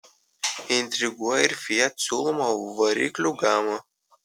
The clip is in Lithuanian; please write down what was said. intriguoja ir fiat siūloma variklių gama